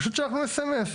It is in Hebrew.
פשוט שלחנו סמס.